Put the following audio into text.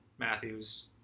Matthews